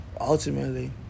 ultimately